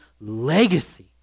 legacy